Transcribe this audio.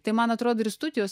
tai man atrodo ir studijos